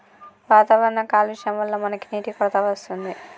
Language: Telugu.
వాతావరణ కాలుష్యం వళ్ల మనకి నీటి కొరత వస్తుంది